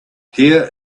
here